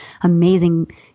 amazing